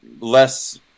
less